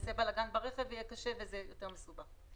יעשה בלגן ברכב ויהיה קשה לנהוג וזה יותר מסובך.